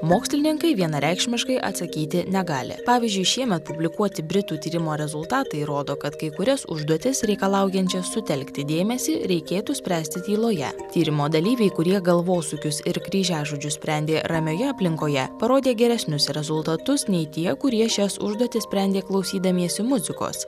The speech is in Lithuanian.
mokslininkai vienareikšmiškai atsakyti negali pavyzdžiui šiemet publikuoti britų tyrimo rezultatai rodo kad kai kurias užduotis reikalaujančias sutelkti dėmesį reikėtų spręsti tyloje tyrimo dalyviai kurie galvosūkius ir kryžiažodžius sprendė ramioje aplinkoje parodė geresnius rezultatus nei tie kurie šias užduotis sprendė klausydamiesi muzikos